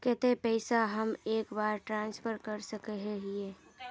केते पैसा हम एक बार ट्रांसफर कर सके हीये?